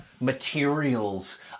materials